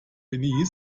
belize